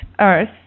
Earth